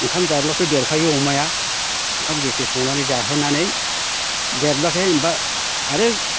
ओंखाम जाब्लाथ' देरखायो अमाया ओंखाम गेफे संनानै जाहोनानै देरब्लाथाय एबा आरो